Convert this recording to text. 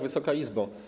Wysoka Izbo!